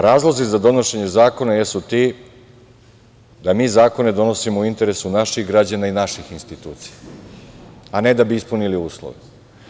Razlozi za donošenje zakona jesu ti da mi zakone donosimo u interesu naših građana i naših institucija, a ne da bi ispunili uslove.